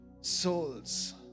Souls